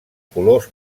colors